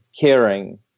caring